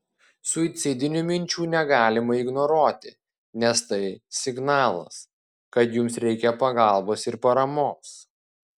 suicidinių minčių negalima ignoruoti nes tai signalas kad jums reikia pagalbos ir paramos